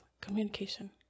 communication